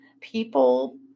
people